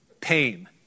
Pain